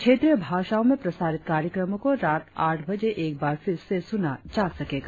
क्षेत्रीय भाषाओं में प्रसारित कार्यक्रमों को रात आठ बजे एक बार फिर से सुना जा सकेगा